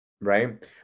right